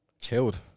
chilled